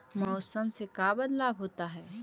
मौसम से का बदलाव होता है?